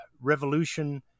Revolution